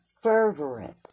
fervent